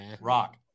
Rock